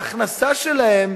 ההכנסה שלהם,